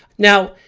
now,